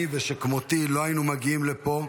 אני ושכמותי לא היינו מגיעים לפה.